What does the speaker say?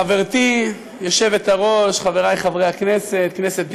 חברתי היושבת-ראש, חברי חברי הכנסת, כנסת נכבדה,